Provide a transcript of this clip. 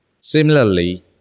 Similarly